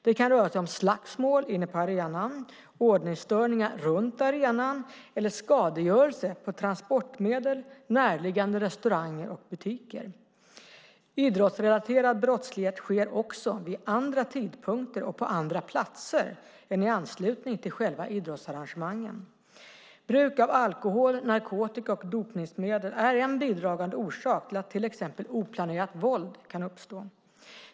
Det kan röra sig om slagsmål inne på arenan, ordningsstörningar runt arenan eller skadegörelse på transportmedel, närliggande restauranger och butiker. Idrottsrelaterad brottslighet sker också vid andra tidpunkter och på andra platser än i anslutning till själva idrottsarrangemangen. Bruk av alkohol, narkotika och dopningsmedel är en bidragande orsak till att till exempel oplanerat våld kan uppstå.